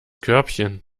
körbchen